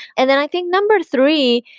and then i think number three,